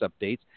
updates